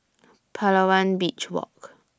Palawan Beach Walk